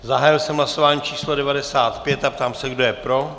Zahájil jsem hlasování číslo 95 a ptám se, kdo je pro.